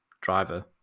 driver